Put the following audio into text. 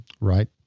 Right